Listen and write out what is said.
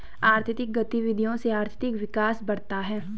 आर्थिक गतविधियों से आर्थिक विकास बढ़ता है